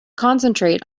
concentrate